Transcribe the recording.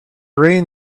rain